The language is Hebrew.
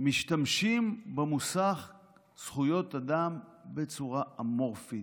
משתמשים במושג זכויות אדם בצורה אמורפית,